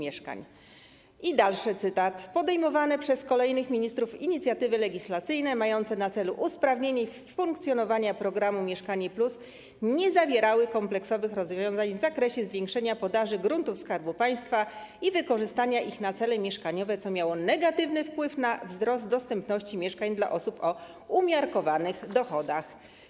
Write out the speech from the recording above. I kolejny cytat: podejmowane przez kolejnych ministrów inicjatywy legislacyjne mające na celu usprawnienie funkcjonowania programu ˝Mieszkanie+˝ nie zawierały kompleksowych rozwiązań w zakresie zwiększenia podaży gruntów Skarbu Państwa i wykorzystania ich na cele mieszkaniowe, co z kolei miało negatywny wpływ na wzrost dostępności mieszkań dla osób o umiarkowanych dochodach.